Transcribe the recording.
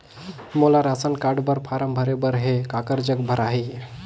मोला ration card बर form भरे बर हे काकर जग भराही?